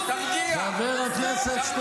סליחה, חבר הכנסת.